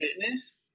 Fitness